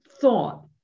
thought